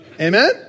Amen